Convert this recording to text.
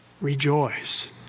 Rejoice